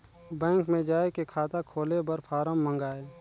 Bank मे जाय के खाता खोले बर फारम मंगाय?